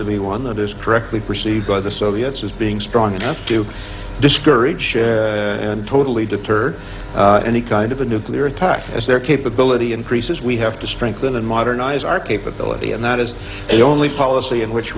to be one that is correctly perceived by the soviets as being strong enough to discourage share and totally deter any kind of a nuclear attack as their capability increases we have to strengthen and modernize our capability and that is the only policy in which